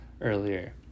earlier